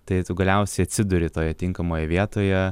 tai tu galiausiai atsiduri toje tinkamoje vietoje